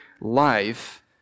life